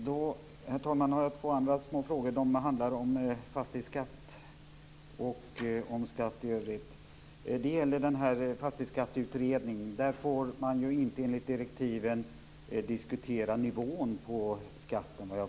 Herr talman! Jag har två andra frågor om fastighetsskatt och skatt i övrigt. I utredningen om fastighetsskatt får man inte enligt direktiven diskutera nivån på skatten.